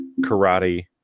karate